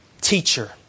teacher